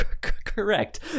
correct